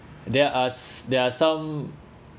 there are there are some